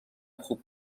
خوب